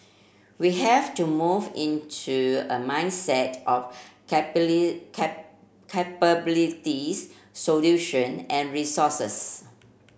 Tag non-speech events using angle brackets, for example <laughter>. we have to move into a mindset of <unintelligible> capabilities solution and resources